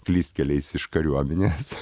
klystkeliais iš kariuomenės